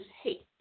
hate